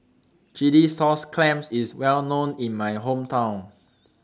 Chilli Sauce Clams IS Well known in My Hometown